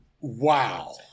Wow